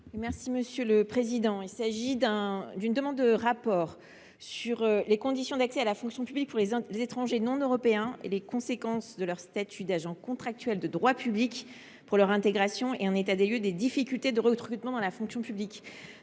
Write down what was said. Mme Corinne Narassiguin. Il s’agit d’une demande de rapport portant sur les conditions d’accès à la fonction publique pour les étrangers non européens, les conséquences de leur statut d’agent contractuel de droit public sur leur intégration, et présentant un état des lieux des difficultés de recrutement dans la fonction publique.